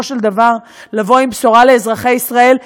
של דבר לבוא עם בשורה לאזרחי ישראל.